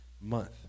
month